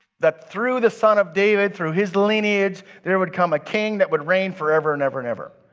that through the son of david, through his lineage there would come a king that would reign forever and ever and ever.